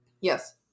yes